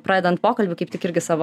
pradedant pokalbį kaip tik irgi savo